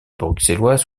bruxellois